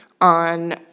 on